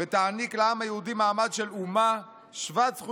ותעניק לעם היהודי מעמד של אומה שוות-זכויות